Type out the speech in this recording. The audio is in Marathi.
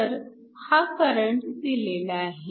तर हा करंट दिलेला आहे